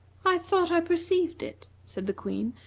i thought i perceived it, said the queen,